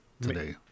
today